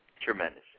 Tremendous